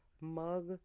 mug